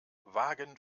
wagen